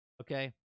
Okay